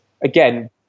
Again